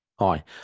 Hi